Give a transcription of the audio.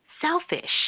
selfish